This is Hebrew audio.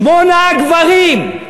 שמונה גברים.